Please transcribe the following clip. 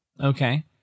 Okay